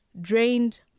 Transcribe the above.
drained